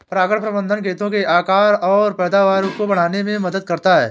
परागण प्रबंधन खेतों के आकार और पैदावार को बढ़ाने में मदद करता है